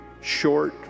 short